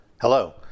Hello